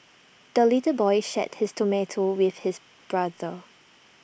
the little boy shared his tomato with his brother